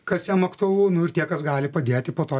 kas jam aktualu nu ir tie kas gali padėti po to